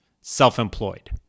self-employed